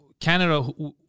Canada